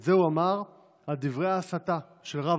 את זה הוא אמר על דברי הסתה של רב